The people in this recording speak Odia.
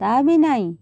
ତା' ବି ନାହିଁ